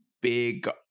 big